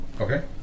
Okay